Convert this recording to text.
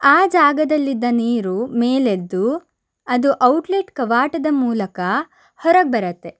ಆ ಜಾಗದಲ್ಲಿದ್ದ ನೀರು ಮೇಲೆದ್ದು ಅದು ಔಟ್ಲೆಟ್ ಕವಾಟದ ಮೂಲಕ ಹೊರಗೆ ಬರತ್ತೆ